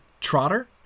Trotter